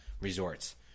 Resorts